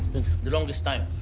the longest time.